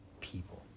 people